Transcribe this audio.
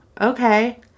Okay